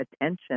attention